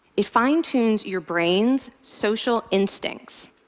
it fine-tunes your brain's social instincts.